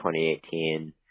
2018